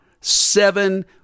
seven